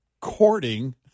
courting